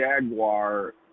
jaguar